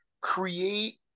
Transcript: create